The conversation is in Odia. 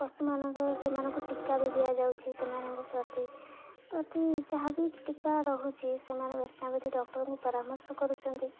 ପଶୁମାନଙ୍କ ସେମାନଙ୍କୁ ଟୀକା ବି ଦିଆଯାଉଛିି ସେମାନଙ୍କ ପ୍ରତି ପ୍ରତି ଯାହାବି ଟୀକା ରହୁଛି ସେମାନେ ବେଟନା ବେଟି ଡକ୍ଟରଙ୍କୁ ପରାମର୍ଶ କରୁଛନ୍ତି